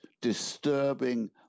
disturbing